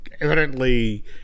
evidently